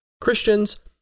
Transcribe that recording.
Christians